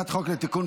תיקון